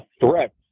threats